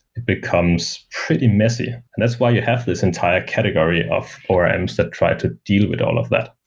it becomes pretty messy. and that's why you have this entire category of orms that try to deal with all of that.